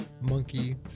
monkey